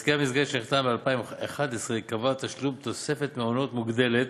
הסכם מסגרת שנחתם ב-2011 קבע תשלום תוספת מעונות מוגדלת